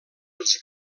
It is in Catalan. els